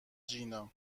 جینا